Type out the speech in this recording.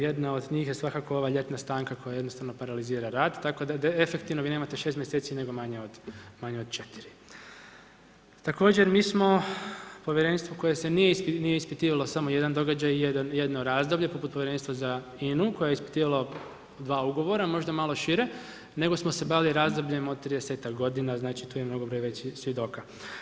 Jedna od njih je svakako ova ljetna stanka koja jednostavno paralizira rad tako da efektivnog vi nemate 6 mjeseci nego manje od 4. Također mi smo povjerenstvo koje nije ispitivalo samo jedan događaj, jedno razdoblje poput povjerenstva za INA-u koje je ispitivalo 2 ugovora, možda malo šire, nego smo se bavili razdobljem od 30-ak godina, znači tu je mnogo veći broj svjedoka.